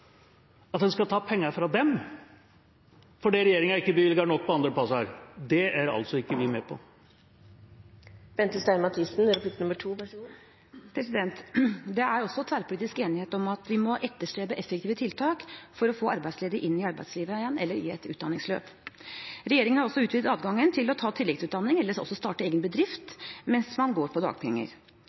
fordi regjeringen ikke bevilger nok på andre plasser, det er altså ikke vi med på. Det er også tverrpolitisk enighet om at vi må etterstrebe effektive tiltak for å få arbeidsledige inn i arbeidslivet igjen eller i et utdanningsløp. Regjeringen har også utvidet adgangen til å ta tilleggsutdanning eller også starte egen bedrift mens man går på dagpenger.